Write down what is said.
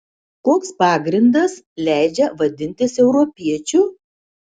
koks pagrindas leidžia vadintis europiečiu